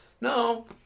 No